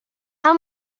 how